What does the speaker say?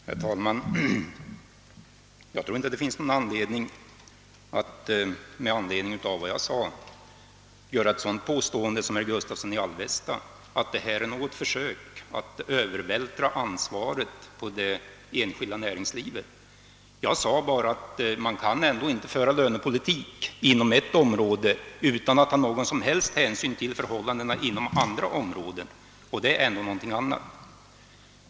Herr talman! Jag tycker inte att man med anledning av vad jag anförde kan göra det påståendet som herr Gustavsson i Alvesta gjorde, att här har gjorts ett försök att övervältra ansvaret på det enskilda näringslivet. Jag sade bara att man inte kan föra lönepolitik inom ett område utan att ta några som helst hänsyn till förhållandena inom andra områden — och det är något helt annat!